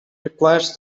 requires